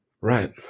Right